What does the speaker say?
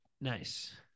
Nice